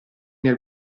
nel